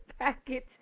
package